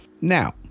Now